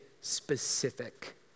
specific